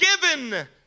given